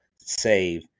save